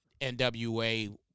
NWA